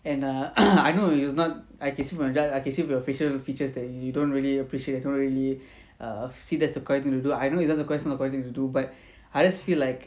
and err I know you will not I can see from I can see from your facial features that you don't really appreciate you don't really err see that's the correct thing to do I know it's just the price not the correct thing to do but I just feel like